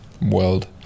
world